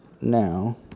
now